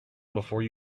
before